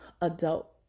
adult